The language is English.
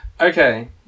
Okay